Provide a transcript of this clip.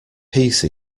peace